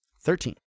Thirteen